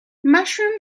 mushroom